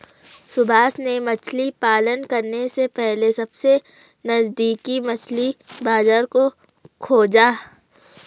सुभाष ने मछली पालन करने से पहले सबसे नजदीकी मछली बाजार को खोजा